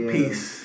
Peace